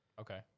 Okay